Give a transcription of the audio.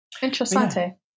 interessante